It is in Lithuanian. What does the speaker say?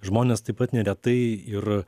žmonės taip pat neretai ir